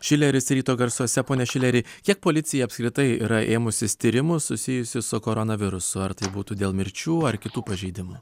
šileris ryto garsuose pone šileri kiek policija apskritai yra ėmusis tyrimų susijusių su koronavirusu ar tai būtų dėl mirčių ar kitų pažeidimų